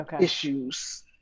issues